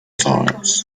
times